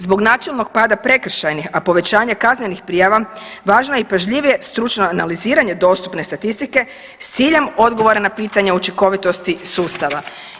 Zbog načelnog pada prekršajnih, a povećanje kaznenih prijava važno je i pažljivije stručno analiziranje dostupne statistike s ciljem odgovora na pitanje učinkovitosti sustava.